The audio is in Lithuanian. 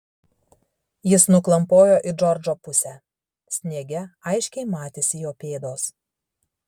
jis nuklampojo į džordžo pusę sniege aiškiai matėsi jo pėdos